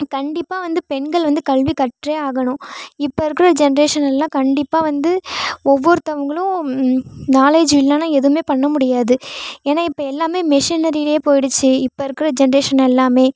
கண்டிப்பாக வந்து பெண்கள் வந்து கல்வி கற்றே ஆகணும் இப்போ இருக்கிற ஜென்ட்ரேஷன்லெலாம் கண்டிப்பாக வந்து ஒவ்வொருத்தவங்களும் நாலேஜ் இல்லைனா எதுவுமே பண்ணமுடியாது ஏன்னால் இப்போ எல்லாமே மெஷினரிலேயே போயிடுச்சு இப்போ இருக்கிற ஜென்ட்ரேஷன் எல்லாமே